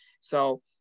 So-